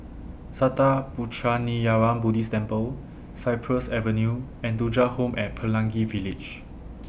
Sattha Puchaniyaram Buddhist Temple Cypress Avenue and Thuja Home At Pelangi Village